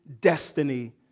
destiny